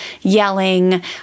yelling